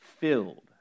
filled